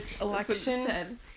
election